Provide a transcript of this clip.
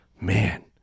man